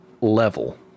level